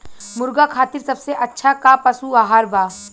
मुर्गा खातिर सबसे अच्छा का पशु आहार बा?